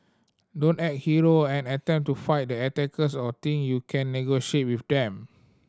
don't act hero and attempt to fight the attackers or think you can negotiate with them